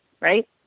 Right